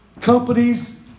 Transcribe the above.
companies